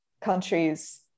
countries